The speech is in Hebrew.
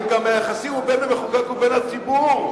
היחסים הם גם בין המחוקק ובין הציבור.